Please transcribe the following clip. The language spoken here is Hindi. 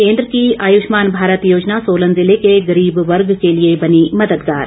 केंद्र की आयुष्मान भारत योजना सोलन जिले के गरीब वर्ग के लिए बनी मददगार